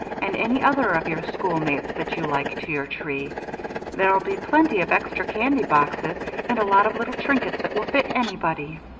and any other of your schoolmates that you like, to your tree there'll be plenty of extra candy boxes and a lot of little trinkets that will fit anybody.